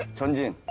junjin?